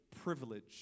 privilege